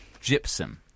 gypsum